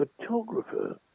photographer